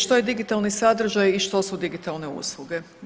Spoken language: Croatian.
Što je digitalni sadržaj i što su digitalne usluge?